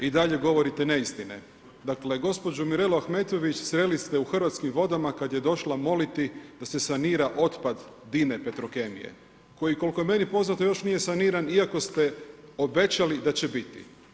I dalje govorite neistine, dakle gospođu Mirelu Ahmetović sreli ste u Hrvatskim vodama kad je došla moliti da se sanira otpad DINA-e petrokemije koji koliko je meni poznato, još nije saniran iako ste obećali da će biti.